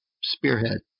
Spearhead